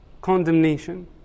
Condemnation